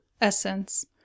essence